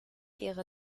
ihre